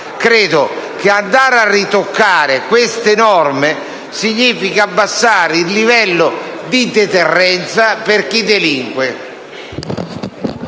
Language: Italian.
Credo che andare a ritoccare queste norme significhi abbassare il livello di deterrenza per chi delinque.